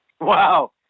Wow